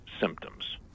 symptoms